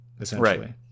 essentially